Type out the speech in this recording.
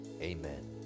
amen